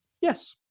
Yes